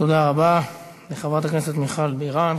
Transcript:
תודה רבה לחברת הכנסת מיכל בירן.